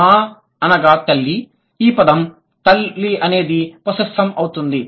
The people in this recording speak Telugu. మా అనగా తల్లి ఈ పదం తల్లి అనేది పొస్సెస్సామ్ అవుతుంది